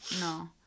No